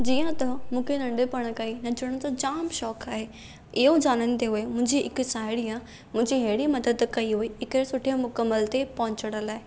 जीअं त मूंखे नंढे पणु खां ई नचण जो जाम शौक़ु आहे इहो ॼाणंदे हुए मुंहिंजी हिकु साहेड़ीअ मुंहिंजी अहिड़ी मदद कई हुई हिकिड़े सुठे मुक़म्मल ते पहुचण लाइ